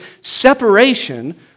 separation